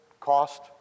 cost